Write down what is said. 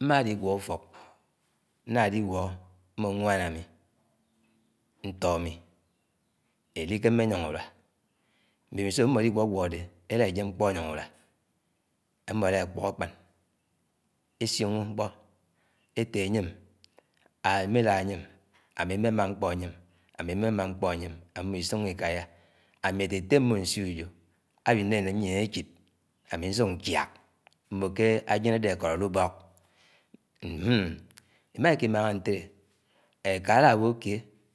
Mma-liguo ùfọk, nnáliguo mmo nwáán ami, ntọ amì eli kémmé nyóng ùruá, mbemiso amó eliguọguọ adé elá-enyém mkpó-nyóng ùrùa. Mmo elà-epọk ákpán esiongo mkpõ ete-nyém mmélád anyem, amí mm̃em̃a mkpo ányém ami mmo isioñgó ikàyà. Ami’ nte ette mmõnsió ùjó àwiñéném nyíen èdud mm̃o ke àjén ade akọd àlúbọód émá kìmángá ntelé eka alãwõ